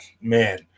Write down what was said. man